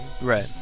Right